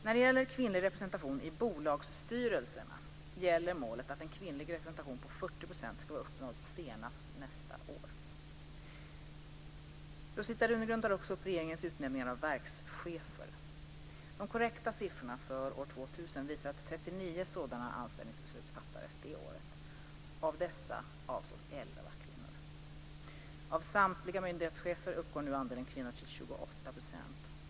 När det gäller kvinnlig representation i bolagsstyrelser gäller målet att en kvinnlig representation på Rosita Runegrund tar också upp regeringens utnämningar av verkschefer. De korrekta siffrorna för år 2000 visar att 39 sådana anställningsbeslut fattades. Av dessa avsåg 11 kvinnor. Av samtliga myndighetschefer uppgår nu andelen kvinnor till 28 %.